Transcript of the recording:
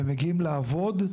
הם מגיעים לעבוד,